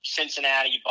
Cincinnati